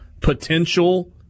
potential